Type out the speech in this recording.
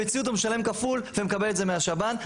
במציאות הוא משלם כפול ומקבל את זה מהשב"ן.